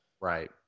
Right